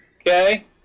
Okay